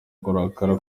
kurakara